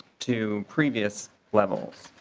to previous levels.